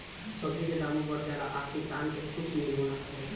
सब्जी के दामो बढ़ जाला आ किसान के कुछ मिलबो ना करेला